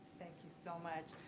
thank you so much.